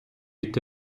йти